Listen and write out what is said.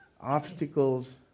obstacles